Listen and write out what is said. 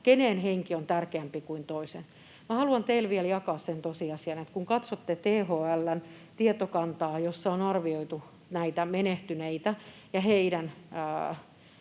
kenen henki on tärkeämpi kuin toisen. Minä haluan teille vielä jakaa sen tosiasian, että kun katsotte THL:n tietokantaa, jossa on arvioitu näitä menehtyneitä ja heidän